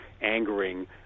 angering